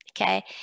Okay